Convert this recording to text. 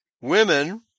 women